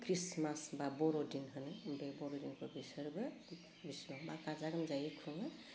Christmas बा बर'दिन होनो बे बर'दिनखौ बिसोरबो बिसिबांबा गाजा गोमजायै खुङो